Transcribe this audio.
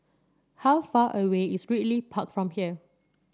how far away is Ridley Park from here